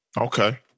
Okay